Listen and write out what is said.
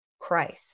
Christ